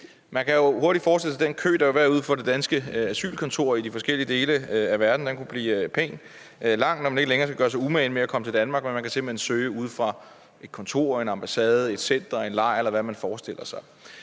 Man kan jo hurtigt forestille sig, at den kø, der vil være uden for det danske asylkontor i de forskellige dele af verden, kunne blive ganske lang, når man ikke længere skal gøre sig umage med at komme til Danmark, men simpelt hen kan søge ude fra et kontor, en ambassade, et center, en lejr, eller hvad man forestiller sig.